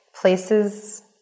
places